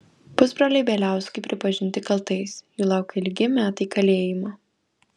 pusbroliai bieliauskai pripažinti kaltais jų laukia ilgi metai kalėjimo